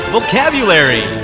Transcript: Vocabulary